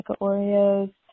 Oreos